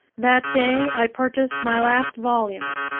that day i purchased my last volumes,